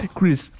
Chris